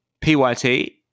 PYT